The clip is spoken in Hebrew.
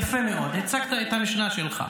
בסדר, יפה מאוד, הצגת את המשנה שלך.